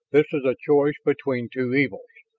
this is a choice between two evils,